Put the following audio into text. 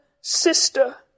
sister